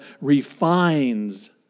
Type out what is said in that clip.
refines